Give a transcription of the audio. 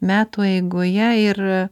metų eigoje ir